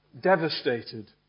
devastated